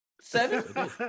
seven